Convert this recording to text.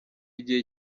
igihe